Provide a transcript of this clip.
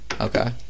Okay